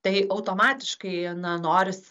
tai automatiškai na norisi